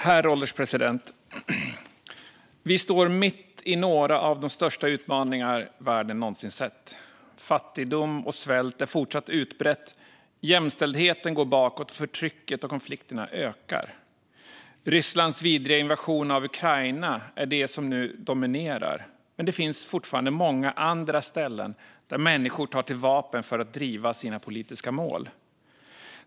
Herr ålderspresident! Vi står mitt i några av de största utmaningar världen någonsin har sett. Det råder fortsatt utbredd fattigdom och svält. Jämställdheten går bakåt. Förtrycket och konflikterna ökar. Rysslands vidriga invasion av Ukraina är det som nu dominerar, men det finns fortfarande många andra ställen där människor tar till vapen för att uppnå sina politiska mål.